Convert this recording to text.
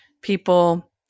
people